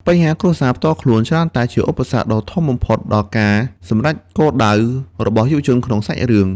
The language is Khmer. បញ្ហាគ្រួសារ ផ្ទាល់ខ្លួនច្រើនតែជាឧបសគ្គដ៏ធំបំផុតដល់ការសម្រេចគោលដៅរបស់យុវជនក្នុងសាច់រឿង។